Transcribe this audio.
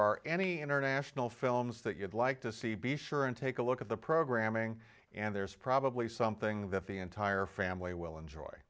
are any international films that you'd like to see be sure and take a look at the programming and there's probably something that the entire family will enjoy